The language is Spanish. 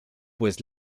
pues